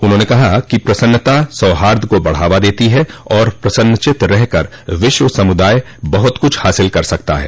उन्होंने कहा कि प्रसन्नता सौहार्द को बढ़ावा देती है और प्रसन्नचित्त रहकर विश्व समुदाय बहुत कुछ हासिल कर सकता है